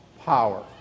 power